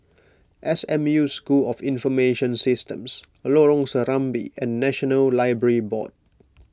S M U School of Information Systems Lorong Serambi and National Library Board